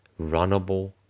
runnable